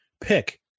pick